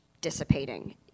dissipating